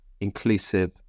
inclusive